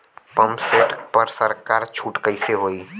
Pump set पर सरकार छूट कईसे होई?